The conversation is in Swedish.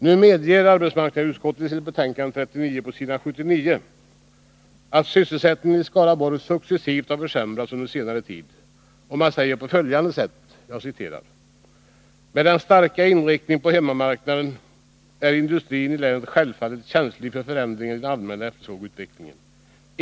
Nu medger arbetsmarknadsutskottet på s.79 i betänkande 23 att sysselsättningen i Skaraborg successivt har försämrats under senare tid. Man säger: ”Med den starka inriktningen på hemmamarknaden är industrin i länet självfallet känslig för förändringar i den allmänna efterfrågeutvecklingen.